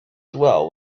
swell